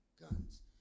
guns